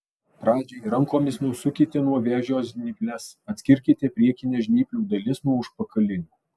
pradžiai rankomis nusukite nuo vėžio žnyples atskirkite priekines žnyplių dalis nuo užpakalinių